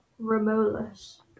Romulus